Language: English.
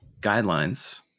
guidelines